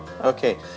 Okay